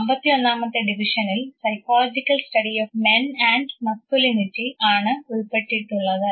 51 മത്തെ ഡിവിഷനിൽ psychological study of men and masculinity ആണ് ഉൾപ്പെട്ടിട്ടുള്ളത്